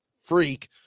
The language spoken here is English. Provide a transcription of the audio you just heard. freak